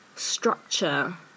structure